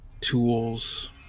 tools